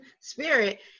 spirit